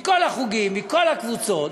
מכל החוגים, מכל הקבוצות,